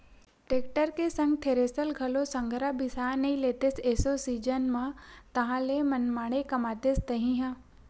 tractor के संग thresher घलोक संघरा बिसा नइ लेतेस एसो सीजन म ताहले मनमाड़े कमातेस तही ह